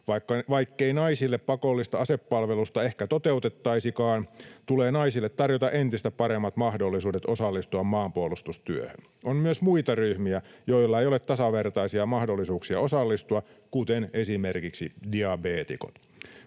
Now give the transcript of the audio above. Vaikkei naisille pakollista asepalvelusta ehkä toteutettaisikaan, tulee naisille tarjota entistä paremmat mahdollisuudet osallistua maanpuolustustyöhön. On myös muita ryhmiä, joilla ei ole tasavertaisia mahdollisuuksia osallistua, kuten esimerkiksi diabeetikot.